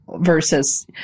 versus